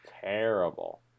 terrible